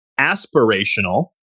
aspirational